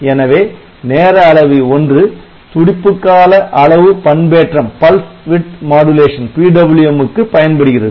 எனவே நேர அளவி 1 துடிப்பு கால அளவு பண்பேற்றம் க்கு பயன்படுகிறது